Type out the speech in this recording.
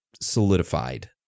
solidified